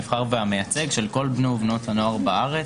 הנבחר והמייצג של כל בני ובנות הנוער בארץ.